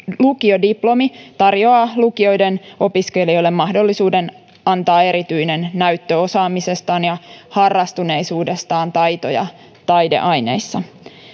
lukiodiplomi tarjoaa lukioiden opiskelijoille mahdollisuuden antaa erityinen näyttö osaamisestaan ja harrastuneisuudestaan taito ja taideaineissa